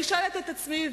אני שואלת את עצמי,